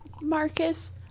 Marcus